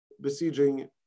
besieging